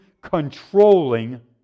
controlling